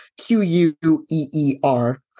Q-U-E-E-R